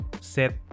Set